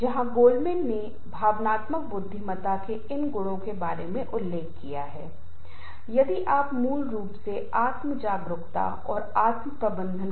तो मैं क्या कह सकता हूं कि जब भी हम समूह के बारे में बात करते हैं तो दो चीजें बहुत महत्वपूर्ण होती हैं एक समूह में काम करना और लक्ष्य हासिल करना